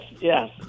yes